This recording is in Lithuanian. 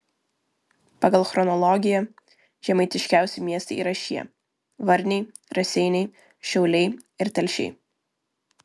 pagal chronologiją žemaitiškiausi miestai yra šie varniai raseiniai šiauliai ir telšiai